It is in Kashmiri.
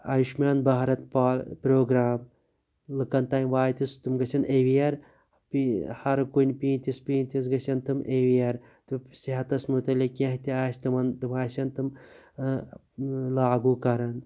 ایُشمان بھارَت پا پروگرام لُکَن تام واتہِ تِم گَژھن ایٚوِیَر بیٚیہِ ہَر کُنہِ پینتِس پینتِس گَژھن تِم ایٚوِیَر تہٕ صِحَتَس مُتعلِق کیٚنٛہہ تہِ آسہِ تِمَن تِم آسن تِم لاگو کَران